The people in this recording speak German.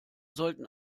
sollten